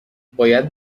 باید